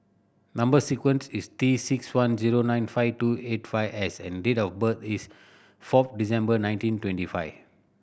number sequence is T six one zero nine five two eight five S and date of birth is four December nineteen twenty five